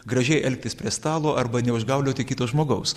gražiai elgtis prie stalo arba neužgaulioti kito žmogaus